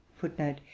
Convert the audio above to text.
footnote